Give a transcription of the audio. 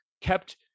kept